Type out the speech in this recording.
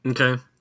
Okay